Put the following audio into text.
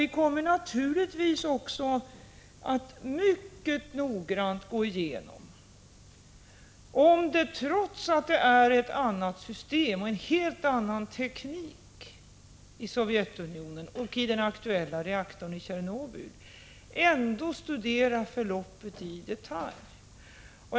Vi kommer naturligtvis också att mycket noggrant studera förloppet i detalj, trots att mani Sovjetunionen och när det gäller den aktuella reaktorn i Tjernobyl har ett helt annat system och helt annan teknik.